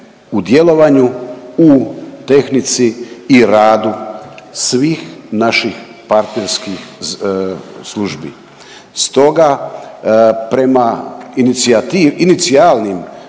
u djelovanju u tehnici i radu svih naših partnerskih službi. Stoga, prema inicijativi,